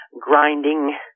Grinding